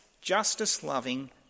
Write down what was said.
justice-loving